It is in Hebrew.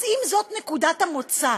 אז אם זאת נקודת המוצא,